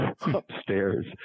upstairs